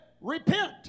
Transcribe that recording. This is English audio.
Repent